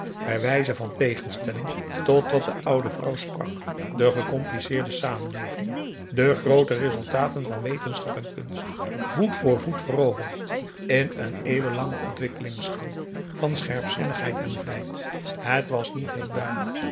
bij wijze van tegenstelling tot wat de oude vrouw sprak de gecompliceerde samenleving de groote resultaten van wetenschap en kunst voet voor voet veroverd in een eeuwenlangen ontwikkelingsgang van scherpzinnigheid en vlijt het was niet heel duidelijk